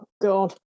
god